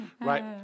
Right